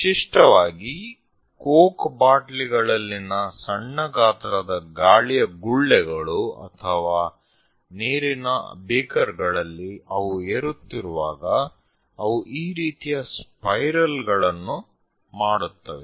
ವಿಶಿಷ್ಟವಾಗಿ ಕೋಕ್ ಬಾಟಲಿಗಳಲ್ಲಿನ ಸಣ್ಣ ಗಾತ್ರದ ಗಾಳಿಯ ಗುಳ್ಳೆಗಳು ಅಥವಾ ನೀರಿನ ಬೀಕರ್ಗಳಲ್ಲಿ ಅವು ಏರುತ್ತಿರುವಾಗ ಅವು ಈ ರೀತಿಯ ಸ್ಪೈರಲ್ ಗಳನ್ನು ಮಾಡುತ್ತವೆ